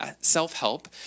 self-help